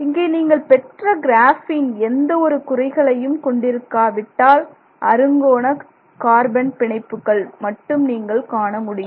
இங்கே நீங்கள் பெற்ற கிராபின் எந்த ஒரு குறைகளையும் கொண்டிருக்கா விட்டால் அறுங்கோண கார்பன் பிணைப்புக்கள் மட்டும் நீங்கள் காணமுடியும்